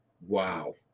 wow